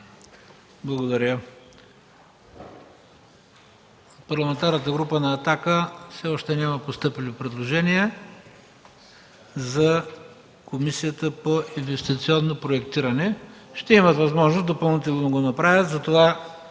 Благодаря. От Парламентарната група на Партия „Атака” все още няма постъпили предложения за Комисията по инвестиционно проектиране. Ще имат възможност допълнително да го направят. Гласуваме